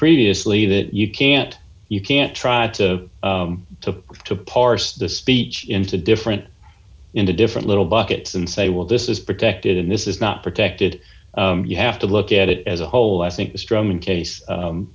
previously that you can't you can't try to to to parse the speech into different into different little buckets and say well this is protected and this is not protected you have to look at it as a whole i think the strong case